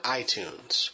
iTunes